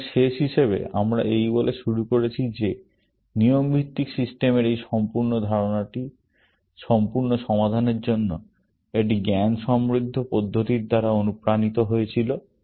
সুতরাং শেষ হিসাবে আমরা এই বলে শুরু করেছি যে নিয়ম ভিত্তিক সিস্টেমের এই সম্পূর্ণ ধারণাটির সমস্যা সমাধানের জন্য একটি জ্ঞানসমৃদ্ধ পদ্ধতির দ্বারা অনুপ্রাণিত হয়েছিল